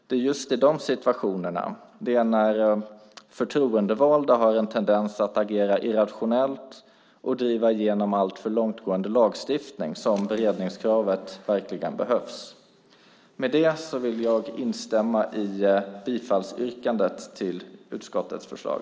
Det är i just de situationerna, när förtroendevalda har en tendens att agera irrationellt och driva igenom alltför långtgående lagstiftning, som beredningskravet verkligen behövs. Med det instämmer jag i bifallsyrkandet till utskottets förslag.